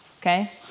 okay